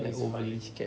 like overly scared